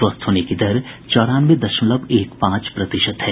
स्वस्थ होने की दर चौरानवे दशमलव एक पांच प्रतिशत है